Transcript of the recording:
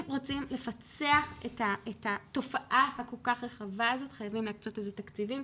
אם רוצים לפצח את התופעה הכל כך רחבה הזאת צריך להקצות לזה תקציבים,